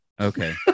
Okay